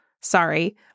Sorry